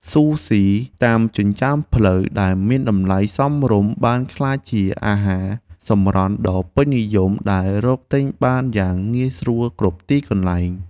ស៊ូស៊ី តាមចិញ្ចើមផ្លូវដែលមានតម្លៃសមរម្យបានក្លាយជាអាហារសម្រន់ដ៏ពេញនិយមដែលរកទិញបានយ៉ាងងាយស្រួលគ្រប់ទីកន្លែង។